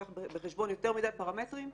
כי נלקחים בחשבון יותר מדי פרמטרים.